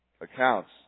accounts